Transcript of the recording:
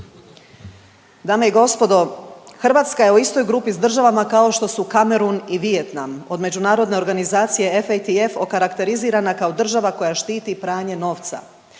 Dame i gospodo, Hrvatska je u istoj grupi sa državama kao što su Kamerun i Vijetnam. Od međunarodne organizacije FATF okarakterizirana kao država koja štiti pranje novca.